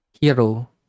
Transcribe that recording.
hero